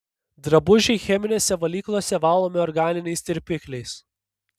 drabužiai cheminėse valyklose valomi organiniais tirpikliais